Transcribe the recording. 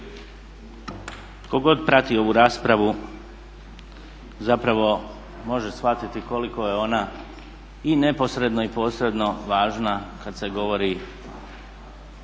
god prati ovu raspravu zapravo može shvatiti koliko je ona i neposredno i posredno važna kada se govori